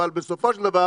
אבל בסופו של דבר